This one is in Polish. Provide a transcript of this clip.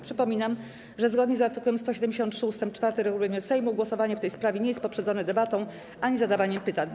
Przypominam, że zgodnie z art. 173 ust. 4 regulaminu Sejmu głosowanie w tej sprawie nie jest poprzedzone debatą ani zadawaniem pytań.